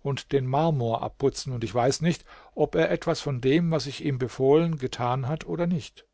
und den marmor abputzen und ich weiß nicht ob er etwas von dem was ich ihm befohlen getan hat oder nicht